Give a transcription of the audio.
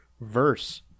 verse